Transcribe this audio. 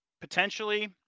Potentially